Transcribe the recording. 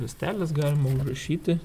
nustebęs galima užrašyti